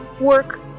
work